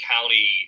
County